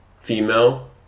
Female